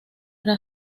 era